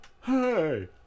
Hey